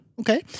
Okay